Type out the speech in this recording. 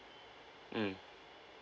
mm